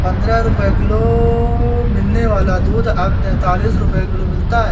पंद्रह रुपए किलो मिलने वाला दूध अब पैंतालीस रुपए किलो मिलता है